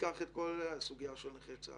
תיקח את כל הסוגיה של נכי צה"ל.